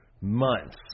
months